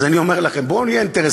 אז אני אומר לכם: בואו נהיה אינטרסנטים,